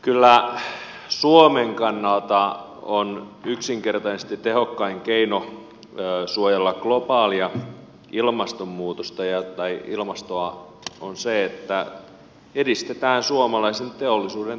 kyllä suomen kannalta yksinkertaisesti tehokkain keino suojella globaalia ilmastoa on se että edistetään suomalaisen teollisuuden toimintakykyä